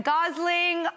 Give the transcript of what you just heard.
Gosling